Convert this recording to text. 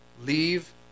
leave